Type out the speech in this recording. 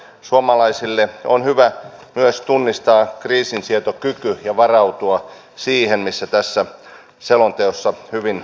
suomalaisten on hyvä myös tunnistaa kriisinsietokyky ja varautua siihen mihin tässä selonteossa hyvin vastataan